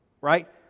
right